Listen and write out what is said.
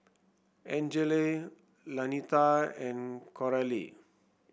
Angele Lanita and Coralie